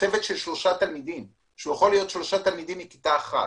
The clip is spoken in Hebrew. צוות של שלוה תלמידים שיוכל להיות שלושה תלמידים מכיתה את,